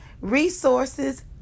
resources